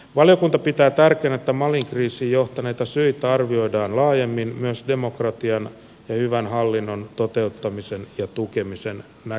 valiokunta pitää tärkeänä että malin kriisiin johtaneita syitä arvioidaan laajemmin myös demokratian ja hyvän hallinnon toteuttamisen ja tukemisen näkökulmasta